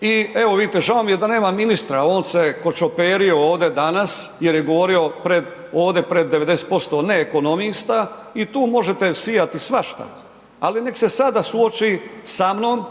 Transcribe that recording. I evo vidite, žao mi je da nema ministra, on se kočoperio ovdje danas jer je govorio ovdje pred 90% ne ekonomista i tu možete sijati svašta ali neka se sada suoči samnom,